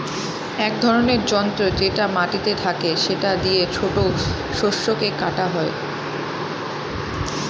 এক ধরনের যন্ত্র যেটা মাটিতে থাকে সেটা দিয়ে ছোট শস্যকে কাটা হয়